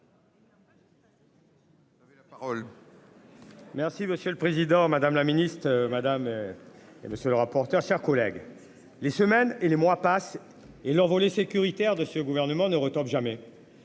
Merci, monsieur le Président Madame la Ministre madame. Et monsieur le rapporteur, chers collègues. Les semaines et les mois passent et envolée sécuritaire de ce gouvernement ne retombe jamais.